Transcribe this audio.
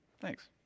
Thanks